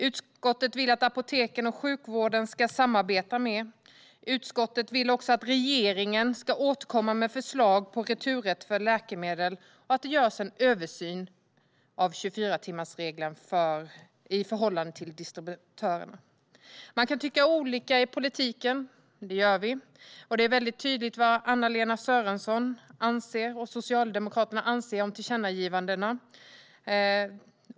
Utskottet vill att apoteken och sjukvården ska samarbeta mer. Utskottet vill också att regeringen ska återkomma med förslag på returrätt för läkemedel och att det görs en översyn av 24-timmarsregeln i förhållande till distributörerna. Man kan tycka olika i politiken, och det gör vi. Det är tydligt vad Anna-Lena Sörenson och Socialdemokraterna anser om tillkännagivandena.